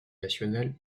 national